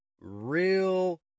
Real